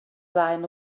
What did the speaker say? flaen